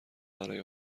برای